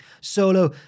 Solo